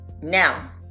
Now